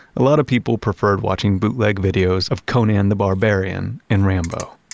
a lot of people preferred watching bootleg videos of conan the barbarian and rambo.